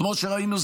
כמו שראינו,